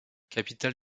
capitale